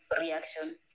reaction